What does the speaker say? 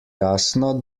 jasno